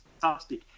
fantastic